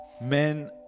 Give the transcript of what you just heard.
men